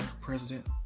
president